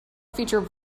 featured